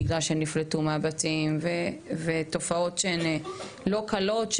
בגלל שהם נפלטו מהבתים ועוד תופעות שהן לא קלות,